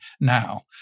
now